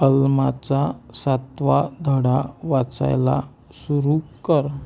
अल्माचा सातवा धडा वाचायला सुरू कर